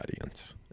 audience